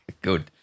good